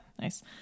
Nice